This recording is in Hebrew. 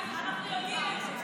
אנחנו יודעים שאתה רוצה את זה,